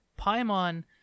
Paimon